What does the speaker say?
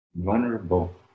vulnerable